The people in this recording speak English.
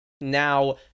now